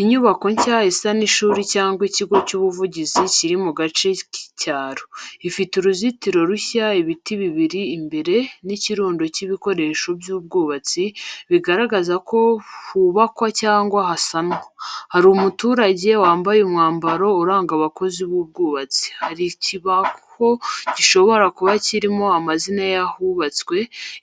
Inyubako nshya isa n’ishuri cyangwa ikigo cy’ubuvuzi kiri mu gace k’icyaro. Ifite uruzitiro rushya, ibiti bibiri imbere, n’ikirundo cy’ibikoresho by’ubwubatsi, bigaragaza ko hubakwa cyangwa hasanwa. Hari umuturage wambaye umwambaro uranga abakozi b’ubwubatsi. Hari n’ikibaho gishobora kuba kirimo amazina y’ahubatswe.